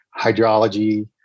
hydrology